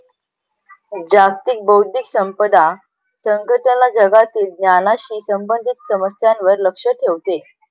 जागतिक बौद्धिक संपदा संघटना जगातील ज्ञानाशी संबंधित समस्यांवर लक्ष ठेवते